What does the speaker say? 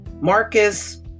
Marcus